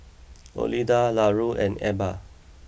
Olinda Larue and Ebba